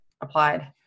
applied